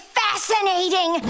fascinating